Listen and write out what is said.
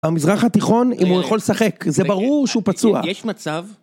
המזרח התיכון אם הוא יכול לשחק זה ברור שהוא פצוע יש מצב